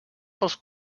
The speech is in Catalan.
pels